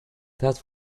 that